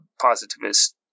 positivist